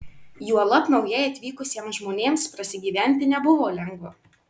juolab naujai atvykusiems žmonėms prasigyventi nebuvo lengva